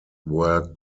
were